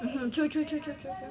mmhmm true true true true true true